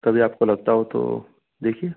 तभी आपको लगता हो तो देखिए